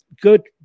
good